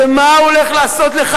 מה הוא הולך לעשות לך,